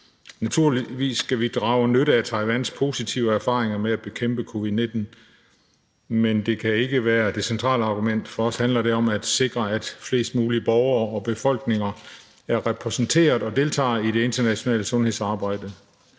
Naturligvis skal vi drage nytte af Taiwans positive erfaringer med at bekæmpe covid-19, men det kan ikke være det centrale argument. For os handler det om at sikre, at flest mulige borgere og befolkninger er repræsenteret og deltager i det internationale sundhedsarbejde.